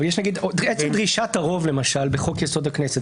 יש את דרישת הרוב למשל בחוק-יסוד: הכנסת.